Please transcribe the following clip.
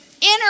inner